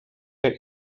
der